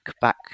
back